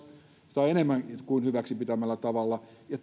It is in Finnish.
tai enemmänkin kuin hyväksi pitämällään tavalla ja